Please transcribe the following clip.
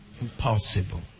impossible